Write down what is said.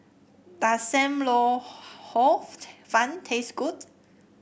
does Sam Lau Hor Fun taste good